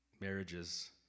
marriages